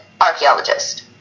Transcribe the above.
archaeologist